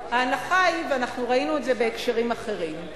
ההנחה היא, ואנחנו ראינו את זה בהקשרים אחרים,